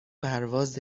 پرواز